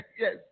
Yes